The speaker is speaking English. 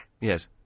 Yes